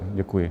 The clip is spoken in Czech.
Děkuji.